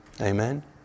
Amen